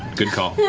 good call.